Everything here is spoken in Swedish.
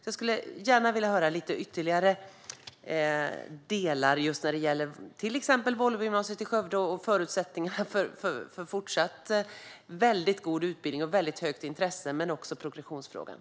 Jag skulle alltså gärna höra lite mer när det gäller Volvogymnasiet i Skövde och förutsättningarna för en fortsatt god utbildning som röner ett väldigt högt intresse, och jag vill också höra mer om progressionsfrågorna.